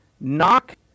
Knock